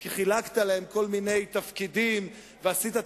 כי חילקת להם כל מיני תפקידים ועשית את